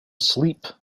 sleep